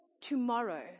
tomorrow